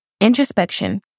introspection